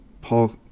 Paul